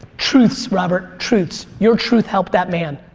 truths robert, truths. your truth helped that man.